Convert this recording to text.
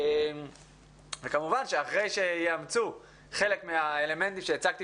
כמובן שאחרי שיאמצו חלק מהאלמנטים שהצגתי